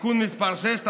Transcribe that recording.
(תיקון מס' 6),